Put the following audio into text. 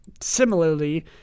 Similarly